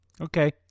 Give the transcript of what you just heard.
Okay